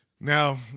Now